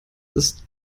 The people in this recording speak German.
ist